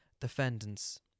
Defendants